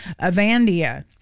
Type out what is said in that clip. Avandia